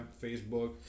Facebook